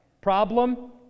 Problem